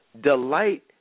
delight